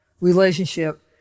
relationship